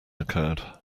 occurred